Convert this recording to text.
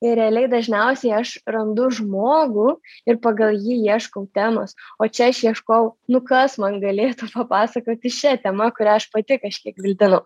ir realiai dažniausiai aš randu žmogų ir pagal jį ieškau temos o čia aš ieškojau nu kas man galėtų papasakoti šia tema kurią aš pati kažkiek gvildenu